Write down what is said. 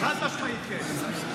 חד-משמעית כן.